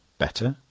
better?